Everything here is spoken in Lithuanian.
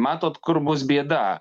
matot kur bus bėda